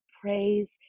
praise